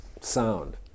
sound